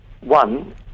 one